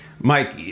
Mike